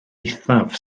eithaf